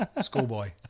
schoolboy